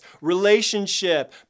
relationship